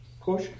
push